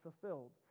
fulfilled